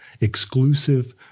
exclusive